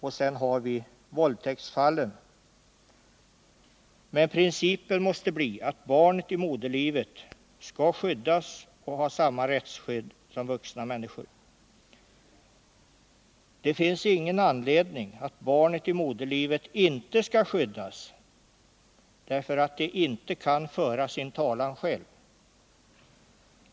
Vi har också våldtäktsfallen. Men principen måste bli att barnet i moderlivet skall skyddas och ha samma rättsskydd som vuxna människor. Det finns ingen anledning att säga att barnet i moderlivet inte skall skyddas därför att det inte kan föra sin talan själv.